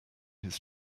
his